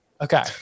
Okay